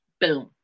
Boom